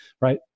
right